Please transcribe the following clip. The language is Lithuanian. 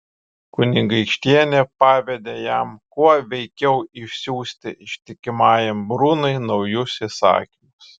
kunigaikštienė pavedė jam kuo veikiau išsiųsti ištikimajam brunui naujus įsakymus